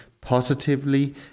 positively